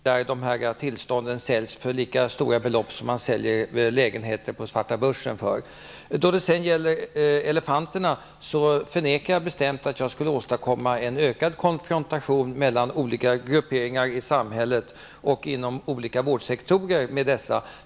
Herr talman! Jag vill tacka så mycket för beskedet angående regeringsförklaringen. Jag hoppas att det innebär etableringsfrihet för läkare i stället för att det skall uppstå en situation där tillstånden säljs för lika stora belopp som lägenheter säljs på svarta börsen. När det gäller elefanterna förnekar jag bestämt att jag skulle åstadkomma en ökad konfrontation mellan olika grupperingar i samhället och inom olika vårdsektorer.